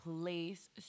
place